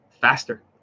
faster